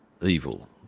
evil